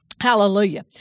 Hallelujah